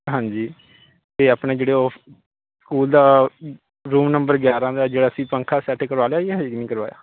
ਹਾਂਜੀ ਇਹ ਆਪਣੇ ਜਿਹੜੇ ਓਫ ਸਕੂਲ ਦਾ ਰੂਮ ਨੰਬਰ ਗਿਆਰਾਂ ਦਾ ਜਿਹੜਾ ਸੀ ਪੱਖਾ ਸੈਟ ਕਰਵਾ ਲਿਆ ਜੀ ਹਜੇ ਨਹੀਂ ਕਰਵਾਇਆ